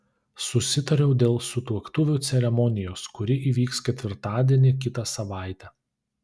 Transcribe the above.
susitariau dėl sutuoktuvių ceremonijos kuri įvyks ketvirtadienį kitą savaitę